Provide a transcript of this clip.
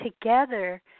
together